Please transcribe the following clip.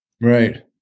Right